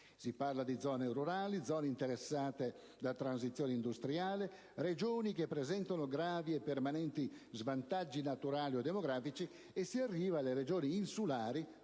Si parla di zone rurali, di zone interessate da transizione industriale, di regioni che presentano gravi e permanenti svantaggi naturali o demografici, per arrivare alle regioni insulari,